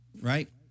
Right